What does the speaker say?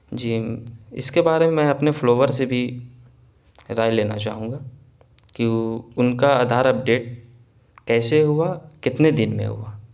جی اس کے بارے میں اپنے فلوور سے بھی رائے لینا چاہوں گا کہ ان کا ادھار اپڈیٹ کیسے ہوا کتنے دن میں ہوا